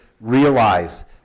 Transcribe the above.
realize